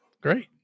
Great